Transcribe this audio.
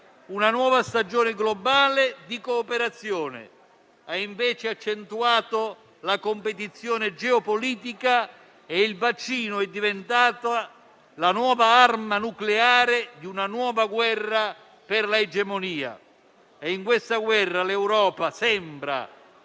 una nuova stagione globale di cooperazione, invece ha accentuato la competizione geopolitica e il vaccino è diventato la nuova arma nucleare di una nuova guerra per l'egemonia. In questa guerra l'Europa sembra,